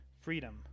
freedom